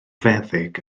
feddyg